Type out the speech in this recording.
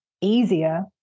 easier